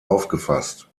aufgefasst